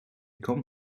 come